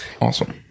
Awesome